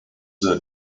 their